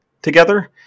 together